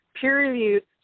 peer-reviewed